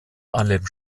allem